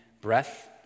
breath